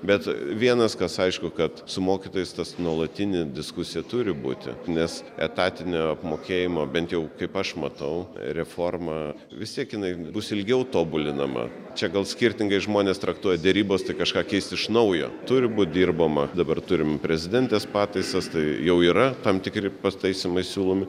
bet vienas kas aišku kad su mokytojais tas nuolatinė diskusija turi būti nes etatinio apmokėjimo bent jau kaip aš matau reforma vis tiek jinai bus ilgiau tobulinama čia gal skirtingai žmonės traktuoja derybos tai kažką keist iš naujo turi būti dirbama dabar turim prezidentės pataisas tai jau yra tam tikri pataisymai siūlomi